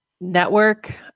network